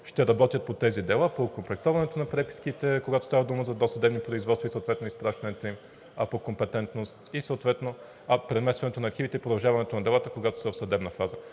ще работят по тези дела, по окомплектуването на преписките, когато става дума за досъдебни производства и съответно изпращането им по компетентност, преместването на архивите и продължаването на делата, когато са в съдебна фаза.